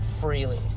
Freely